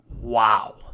Wow